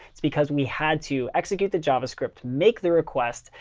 it's because we had to execute the javascript, make the request,